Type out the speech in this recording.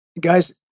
guys